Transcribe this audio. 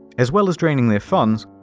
as well as draining their funds,